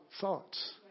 thoughts